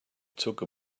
took